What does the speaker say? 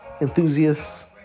enthusiasts